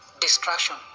distraction